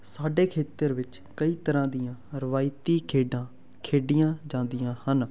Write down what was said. ਸਾਡੇ ਖੇਤਰ ਵਿੱਚ ਕਈ ਤਰ੍ਹਾਂ ਦੀਆਂ ਰਵਾਇਤੀ ਖੇਡਾਂ ਖੇਡੀਆਂ ਜਾਂਦੀਆਂ ਹਨ